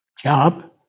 Job